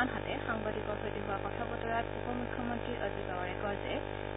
আনহাতে সাংবাদিকৰ সৈতে হোৱা কথা বতৰাত উপ মুখ্যমন্ত্ৰী অজিত পাৱাৰে কয় যে